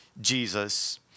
Jesus